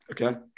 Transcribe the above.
Okay